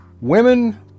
Women